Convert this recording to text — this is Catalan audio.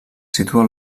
situa